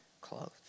clothes